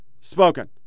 spoken